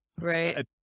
Right